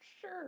sure